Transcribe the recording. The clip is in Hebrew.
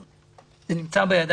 אני בטוח בעניין